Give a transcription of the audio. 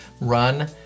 run